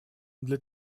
для